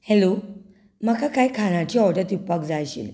hello म्हाका कांय खाणाची ऑर्डर दिवपाक जाय आशिल्ली